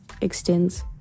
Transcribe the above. extends